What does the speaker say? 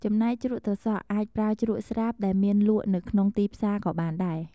ចំណែកជ្រក់ត្រសក់ អាចប្រើជ្រក់ស្រាប់ដែលមានលក់នៅក្នុងទីផ្សារក៏បានដែរ។